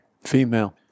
Female